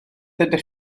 ydych